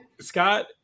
scott